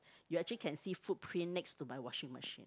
you actually can see footprint next to my washing machine